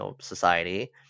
society